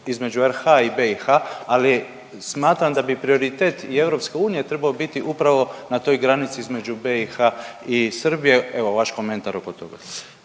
između RH i BiH, ali smatram da bi prioritet i EU trebao biti upravo na toj granici između BiH i Srbije, evo vaš komentar oko toga.